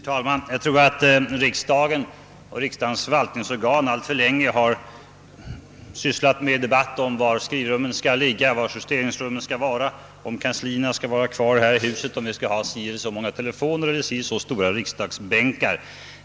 Herr talman! Jag tror att riksdagen och riksdagens förvaltningsorgan alltför länge har sysslat med diskussioner om var skrivrummen skall ligga, var justeringsrummen skall vara placerade, om partikanslierna skall ligga kvar här i huset, om vi skall ha så eller så många telefoner eller så och så stora riksdagsbänkar.